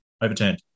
Overturned